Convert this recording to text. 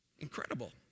Incredible